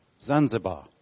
Zanzibar